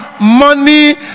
money